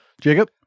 Jacob